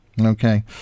Okay